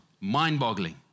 Mind-boggling